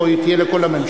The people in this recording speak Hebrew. או שהיא תהיה לכל הממשלות?